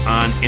on